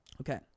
Okay